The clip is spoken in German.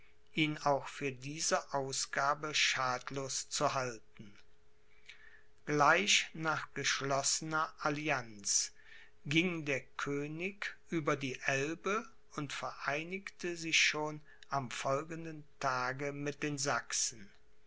ihn auch für diese ausgabe schadlos zu halten gleich nach geschlossener allianz ging der könig über die elbe und vereinigte sich schon am folgenden tage mit den sachsen